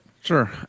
Sure